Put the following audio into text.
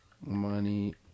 money